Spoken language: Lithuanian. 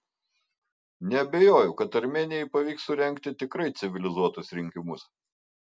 neabejoju kad armėnijai pavyks surengti tikrai civilizuotus rinkimus